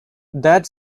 that